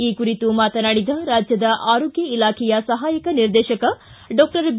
ಈ ಕುರಿತು ಮಾತನಾಡಿದ ರಾಜ್ಯದ ಆರೋಗ್ಯ ಇಲಾಖೆಯ ಸಹಾಯಕ ನಿರ್ದೇಶಕ ಡಾಕ್ಟರ್ ಬಿ